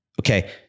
okay